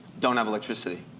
don't have electricity.